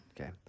Okay